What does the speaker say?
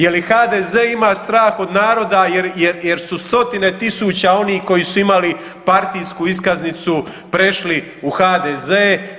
Je li HDZ-e ima strah od naroda jer su stotine tisuća onih koji su imali partijsku iskaznicu prešli u HDZ-e?